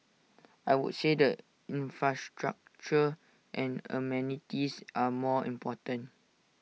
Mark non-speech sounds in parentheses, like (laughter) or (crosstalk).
(noise) I would say the infrastructure and amenities are more important